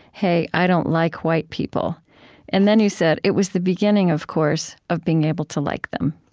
hey, i don't like white people and then, you said, it was the beginning, of course, of being able to like them.